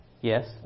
yes